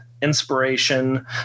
inspiration